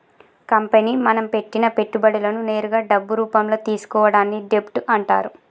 company మనం పెట్టిన పెట్టుబడులను నేరుగా డబ్బు రూపంలో తీసుకోవడాన్ని డెబ్ట్ అంటరు